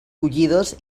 collides